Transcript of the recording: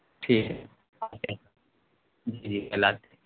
ٹھیک ہے آتے ہیں جی اللہ حافظ